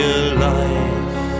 alive